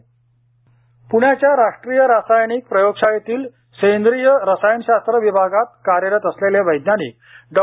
प्ण्याच्या राष्ट्रीय रासायनिक प्रयोग शाळेतील सेंद्रिय रसायनशास्त्र विभागात कार्यरत असलेले वैज्ञानिक डॉ